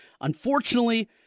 Unfortunately